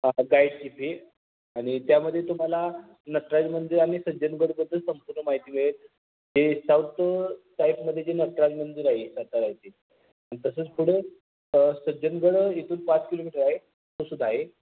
गाईडची fee आणि त्यामध्ये तुम्हाला नटराज मंदिर आणि सज्जनगडबद्दल संपूर्ण माहिती मिळेल हे साऊत साईडमध्ये जे नटराज मंदिर आहे सातारा इथे आणि तसंच पुढं सज्जनगड इथून पाच किलोमीटर आहे तोसुद्धा आहे